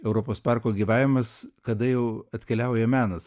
europos parko gyvavimas kada jau atkeliauja menas